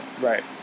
Right